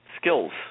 skills